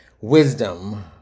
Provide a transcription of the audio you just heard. wisdom